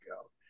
go